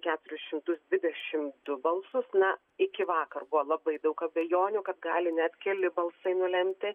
keturis šimtus dvidešim du balsus na iki vakar buvo labai daug abejonių kad gali net keli balsai nulemti